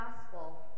gospel